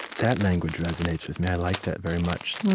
that language resonates with me. i like that very much,